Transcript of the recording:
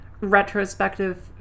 retrospective